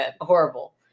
Horrible